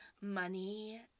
money